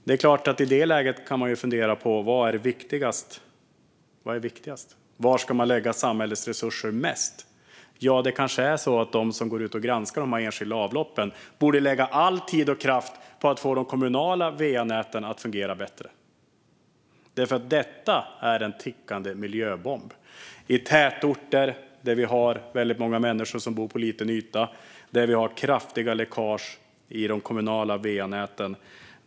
Det är klart att man i det läget kan fundera på vad som är viktigast. Var ska man lägga samhällets resurser först? Det kanske är så att de som går ut och granskar de enskilda avloppen borde lägga all tid och kraft på att få de kommunala va-näten att fungera bättre. Detta är en tickande miljöbomb. Vi har tätorter där vi har väldigt många människor som bor på liten yta och där vi har kraftiga läckage i de kommunala va-näten.